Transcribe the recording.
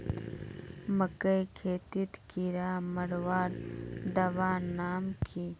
मकई खेतीत कीड़ा मारवार दवा नाम की?